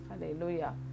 Hallelujah